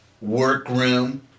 workroom